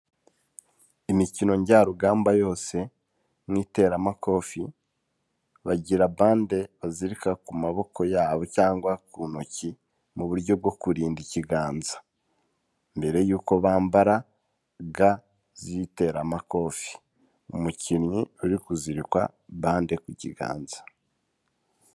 Imikino njya rugamba yose n'iteramakofe, bagira bande bazirika ku maboko yabo cyangwa ku ntoki mu buryo bwo kurinda ikiganza, mbere y'uko bambara ga z'iteramakofe, umukinnyi uri kuzirikwa bande ku kiganza.